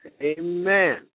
Amen